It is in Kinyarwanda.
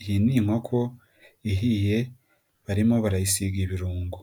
Iyi ni inkoko ihiye barimo barayisiga ibirungo.